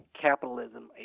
Capitalism